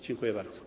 Dziękuję bardzo.